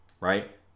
right